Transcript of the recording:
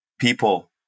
people